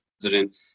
president